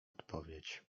odpowiedź